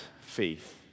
faith